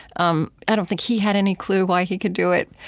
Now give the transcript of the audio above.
um i don't think he had any clue why he could do it.